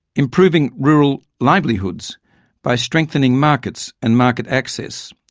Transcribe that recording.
improving rural livelihoods by strengthening markets and market access.